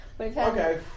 Okay